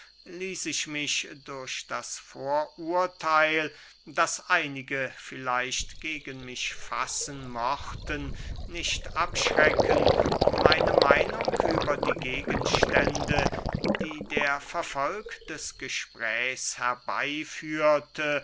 ließ ich mich durch das vorurtheil das einige vielleicht gegen mich fassen mochten nicht abschrecken meine meinung über die gegenstände die der verfolg des gesprächs herbeyführte